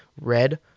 red